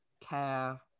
care